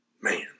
Man